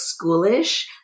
schoolish